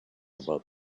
about